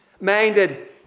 minded